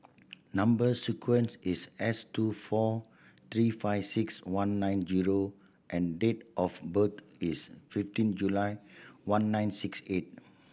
number sequence is S two four three five six one nine zero and date of birth is fifteen July one nine six eight